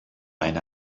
eine